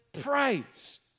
praise